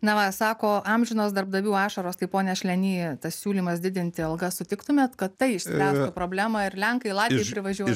na va sako amžinos darbdavių ašaros tai pone šlenį tas siūlymas didinti algas sutiktumėt kad tai išspręstų problemą ir lenkai latviai privažiuos